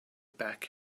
back